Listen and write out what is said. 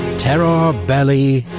terror ah belli,